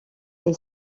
est